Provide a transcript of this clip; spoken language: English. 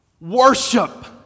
worship